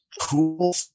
cool